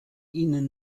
ihnen